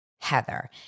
Heather